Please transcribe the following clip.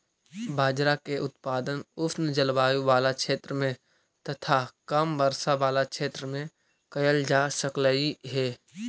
बाजरा के उत्पादन उष्ण जलवायु बला क्षेत्र में तथा कम वर्षा बला क्षेत्र में कयल जा सकलई हे